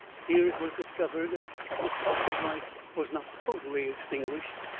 here it was discovered that the spark of life was not totally extinguished.